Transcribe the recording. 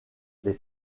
les